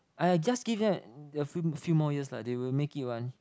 !aiya! just give them a few few more years lah they will make it one